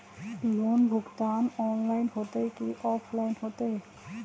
Loan भुगतान online होतई कि ऑफलाइन होतई?